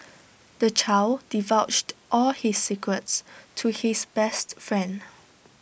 the child divulged all his secrets to his best friend